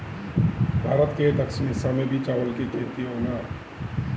भारत के दक्षिणी हिस्सा में भी चावल के खेती होला